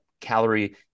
calorie